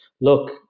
look